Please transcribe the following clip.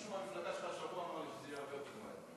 מישהו מהמפלגה שלך השבוע אמר לי שזה יהיה הרבה יותר מהר.